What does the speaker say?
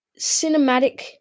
cinematic